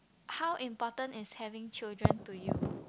how important is having children to you